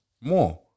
more